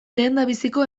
lehendabiziko